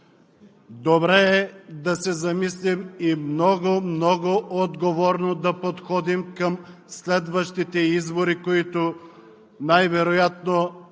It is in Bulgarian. Добре е да се замислим и много, много отговорно да подходим към следващите избори, които най-вероятно ще